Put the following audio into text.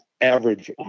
average